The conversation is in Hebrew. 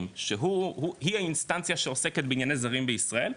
שהיא האינסטנציה שעוסקת בענייני זרים בישראל,